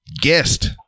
Guest